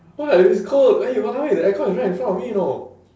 what it's cold eh you !walao! eh the aircon is right in front of me know